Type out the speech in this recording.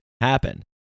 happen